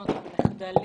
אסונות ומחדל